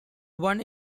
won